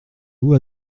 vous